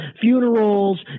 funerals